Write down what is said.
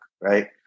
right